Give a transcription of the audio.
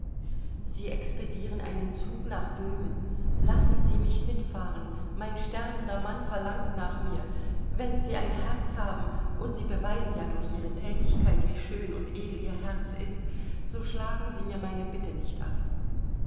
sie expedieren einen zug nach böhmen lassen sie mich mitfahren mein sterbender mann verlangt nach mir wenn sie ein herz haben und sie beweisen ja durch ihre thätigkeit wie schön und edel ihr herz ist so schlagen sie mir meine bitte nicht ab